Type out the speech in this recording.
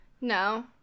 no